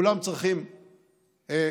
כולם צריכים מקצוע,